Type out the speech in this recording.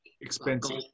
expensive